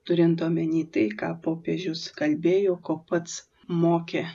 turint omeny tai ką popiežius kalbėjo ko pats mokė